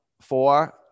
four